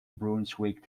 brunswick